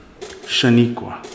Shaniqua